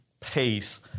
pace